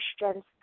questions